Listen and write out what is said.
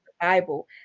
Bible